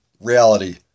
reality